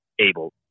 able